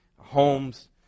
homes